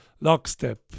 Lockstep